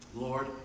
Lord